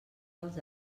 dels